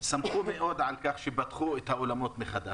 שמחו מאוד שהחזירו את כולם אחרי הגל הראשון,